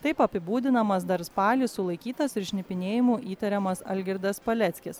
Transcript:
taip apibūdinamas dar spalį sulaikytas ir šnipinėjimu įtariamas algirdas paleckis